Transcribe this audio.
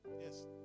Yes